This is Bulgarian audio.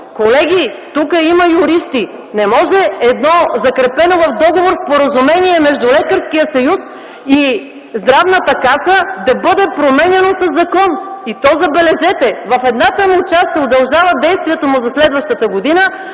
Колеги, тук има юристи! Не може едно в договор закрепено споразумение между Лекарския съюз и Здравната каса да бъде променяно със закон! И то забележете! В едната му част се удължава действието му за следващата година,